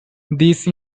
these